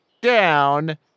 down